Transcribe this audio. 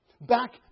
back